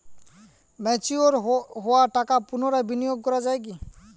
Mature হওয়া টাকা পুনরায় বিনিয়োগ করা য়ায় কি?